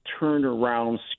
turnaround